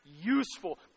useful